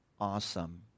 awesome